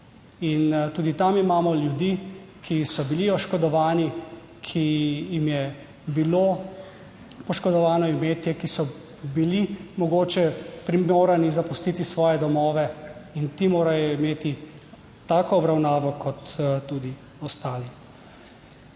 tudi tam imamo ljudi, ki so bili oškodovani, ki jim je bilo poškodovano imetje, ki so bili mogoče primorani zapustiti svoje domove in ti morajo imeti tako obravnavo kot tudi ostali.